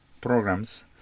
programs